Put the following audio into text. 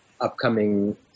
upcoming